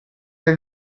that